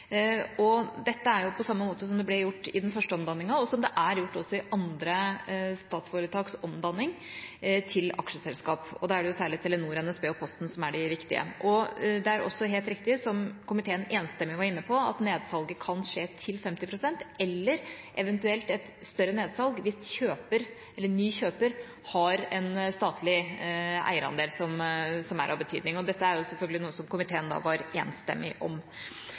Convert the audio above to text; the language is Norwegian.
Dette er på samme måte som det ble gjort i den første omdanningen, og som det også er gjort i andre statsforetaks omdanning til aksjeselskap. Da er det særlig Telenor, NSB og Posten som er de viktige. Det er også helt riktig, som komiteen enstemmig var inne på, at det kan skje et nedsalg til 50 pst. eller eventuelt et større nedsalg hvis ny kjøper har en statlig eierandel som er av betydning. Dette er selvfølgelig noe som komiteen var enstemmig om.